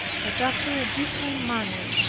but after a different manner,